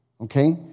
Okay